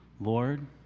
Lord